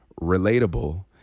relatable